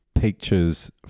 pictures